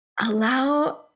allow